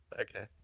Okay